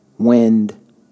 Wind